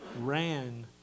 ran